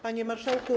Panie Marszałku!